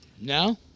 No